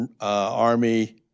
Army